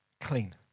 clean